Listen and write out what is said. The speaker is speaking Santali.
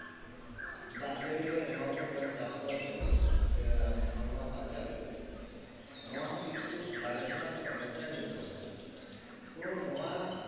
ᱫᱟᱜ ᱡᱟᱹᱲᱤ ᱠᱚᱭ ᱮᱢᱟᱵᱚᱱ ᱠᱟᱱᱟ ᱪᱟᱥᱵᱟᱥ ᱞᱟᱹᱜᱤᱫ ᱥᱮ ᱢᱟᱱᱣᱟ ᱵᱟᱧᱪᱟᱜ ᱞᱟᱹᱜᱤᱫ ᱱᱚᱣᱟ ᱦᱚᱸ ᱠᱤᱱᱛᱩ ᱫᱟᱨᱮ ᱪᱮᱛᱟᱱ ᱨᱮᱜᱮ ᱚᱱᱮᱠᱴᱟᱭ ᱱᱤᱨᱵᱷᱚᱨᱮᱫᱟ ᱛᱚ ᱱᱚᱣᱟ